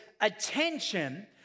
attention